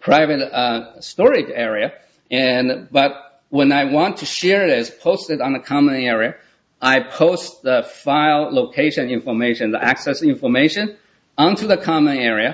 private storage area and but when i want to share it is posted on the common area i post the file location information the access information onto the common area